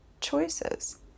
choices